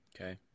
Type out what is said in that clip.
Okay